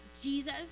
Jesus